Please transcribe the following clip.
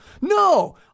No